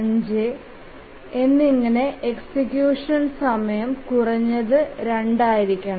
5 ന് എക്സിക്യൂഷൻ സമയം കുറഞ്ഞത് 2 ആയിരിക്കണം